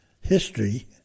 history